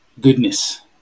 goodness